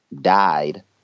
died